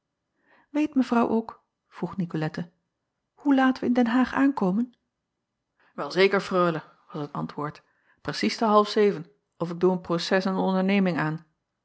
eet evrouw ook vroeg icolette hoe laat wij in den aag aankomen el zeker reule was het antwoord precies te half zeven of ik doe een proces aan de onderneming aan